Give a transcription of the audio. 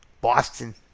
Boston